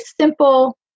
simple